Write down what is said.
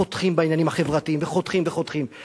חותכים בעניינים החברתיים וחותכים וחותכים וחותכים.